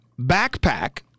backpack